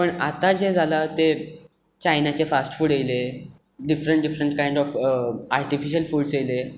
पूण आतां जें जालां तें चायनाचें फास्ट फूड आयलें different different kind of artificial foods आयले